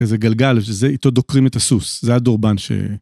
איזה גלגל, ואיתו דוקרים את הסוס, זה הדורבן ש...